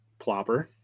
plopper